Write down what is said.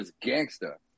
gangster